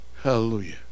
Hallelujah